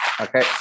Okay